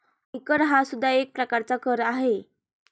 आयकर हा सुद्धा एक प्रकारचा कर आहे